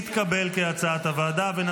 כהצעת הוועדה, התקבל.